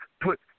put –